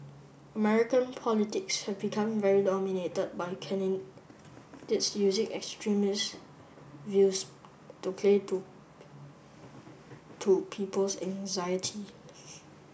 American politics have become very dominated by using extremist views to play to to people's anxiety